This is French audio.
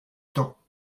temps